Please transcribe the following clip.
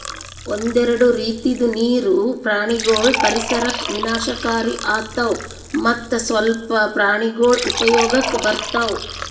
ಒಂದೆರಡು ರೀತಿದು ನೀರು ಪ್ರಾಣಿಗೊಳ್ ಪರಿಸರಕ್ ವಿನಾಶಕಾರಿ ಆತವ್ ಮತ್ತ್ ಸ್ವಲ್ಪ ಪ್ರಾಣಿಗೊಳ್ ಉಪಯೋಗಕ್ ಬರ್ತವ್